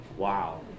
Wow